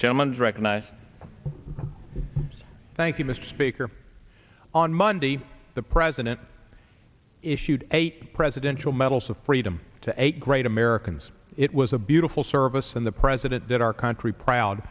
jim and recognize thank you mr speaker on monday the president issued eight presidential medals of freedom to eight great americans it was a beautiful service and the president that our country proud